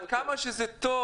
כמעט שכנעו אותו כמה שזה טוב,